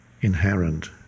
inherent